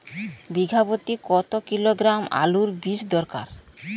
বিঘা প্রতি কত কিলোগ্রাম আলুর বীজ দরকার?